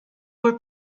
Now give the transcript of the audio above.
were